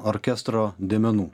orkestro dėmenų